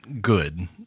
good